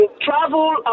travel